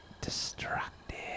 Destructive